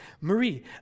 Marie